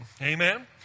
Amen